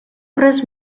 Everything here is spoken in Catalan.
res